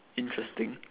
interesting